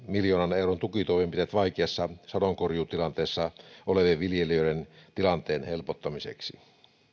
miljoonan euron tukitoimenpiteet vaikeassa sadonkorjuutilanteessa olevien viljelijöiden tilanteen helpottamiseksi